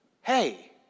hey